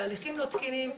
על תהליכים לא תקינים.